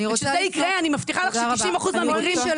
וכשזה יקרה אני מבטיחה לך ש-90% מהמקרים ייפתרו.